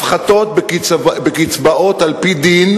הפחתות בקצבאות על-פי דין,